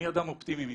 אני אדם אופטימי מטבעי,